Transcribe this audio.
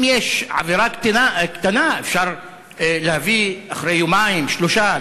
אם יש עבירה קטנה, אפשר להביא אחרי יומיים-שלושה.